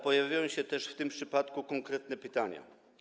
Pojawiają się też w tym przypadku konkretne pytania.